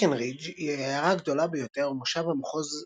ברקנרידג' היא העיירה הגדולה ביותר ומושב המחוז